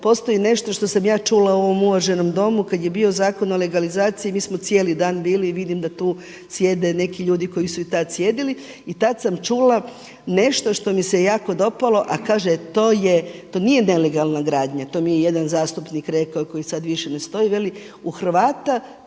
postoji nešto što sam ja čula u ovom uvaženom Domu kada je bio Zakon o legalizaciji mi smo cijeli dan bili i vidim da tu sjede neki ljudi koji su i tada sjedili. I tada sam čula nešto što mi se jako dopalo, a kaže to nije nelegalna gradnja. To mi je jedan zastupnik rekao koji više sada ne stoji, veli: